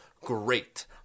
Great